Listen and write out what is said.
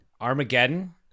Armageddon